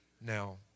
Now